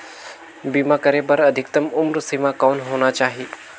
बीमा करे बर अधिकतम उम्र सीमा कौन होना चाही?